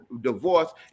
divorce